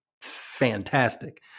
fantastic